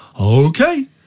okay